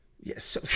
Yes